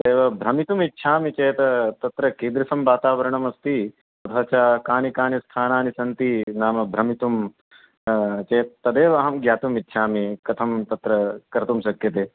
एव भ्रमितुम् इच्छामि चेत् तत्र कीदृशं वातावरणम् अस्ति तथा च कानि कानि स्थानानि सन्ति नाम भ्रमितुं चेत् तदेव अहं ज्ञातुमिच्छामि कथं तत्र कर्तुं शक्यते